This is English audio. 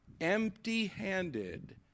Empty-handed